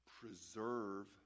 preserve